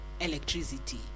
electricity